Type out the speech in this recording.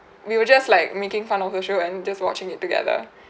we were just like making fun of the show and just watching it together